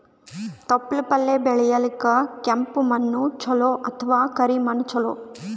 ತೊಪ್ಲಪಲ್ಯ ಬೆಳೆಯಲಿಕ ಕೆಂಪು ಮಣ್ಣು ಚಲೋ ಅಥವ ಕರಿ ಮಣ್ಣು ಚಲೋ?